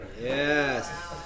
Yes